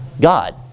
God